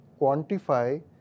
quantify